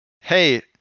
hey